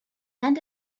end